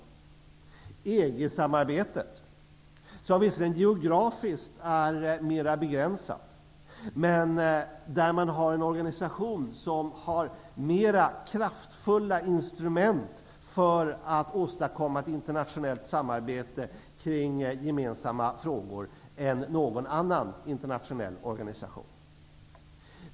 Ytterligare ett är EG-samarbetet, som visserligen geografiskt är mera begränsat, men där basorganisationen har mera kraftfulla instrument för att åstadkomma ett internationellt samarbete kring gemensamma frågor än någon annan internationell organisation.